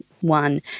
one